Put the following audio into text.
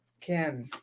Kim